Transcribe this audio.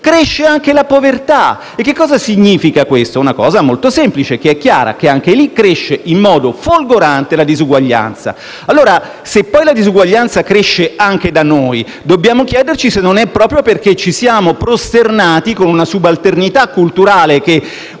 cresce anche la povertà e questo significa una cosa molto semplice e chiara, e cioè che anche lì aumenta in modo folgorante la disuguaglianza. Allora, se poi la disuguaglianza cresce anche da noi, dobbiamo chiederci se non è proprio perché ci siamo prosternati, con una subalternità culturale che